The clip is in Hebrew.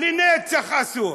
לנצח אסור.